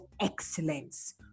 excellence